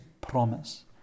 promise